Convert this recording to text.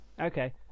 Okay